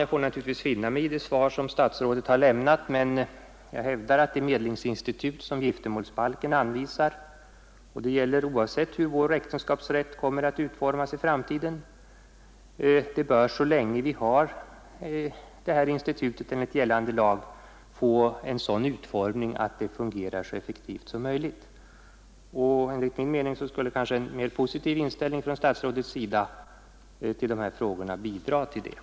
Jag får naturligtvis finna mig i det svar som statsrådet har lämnat, men jag hävdar att det medlingsinstitut som giftermålsbalken anvisar — det gäller oavsett hur vår äktenskapsrätt kommer att utformas i framtiden — bör så länge detta institut enligt gällande lag finns få en sådan utformning att det fungerar så effektivt som möjligt. Och enligt min mening skulle kanske en mer positiv inställning från statsrådets sida till de här frågorna kunna bidra till detta.